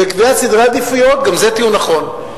וקביעת סדרי עדיפויות גם זה טיעון נכון,